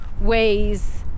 ways